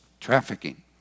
trafficking